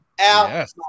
out